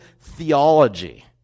theology